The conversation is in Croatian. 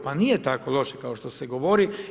Pa nije tako loše kao što se govori.